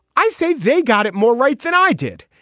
i say they got it more right than i did.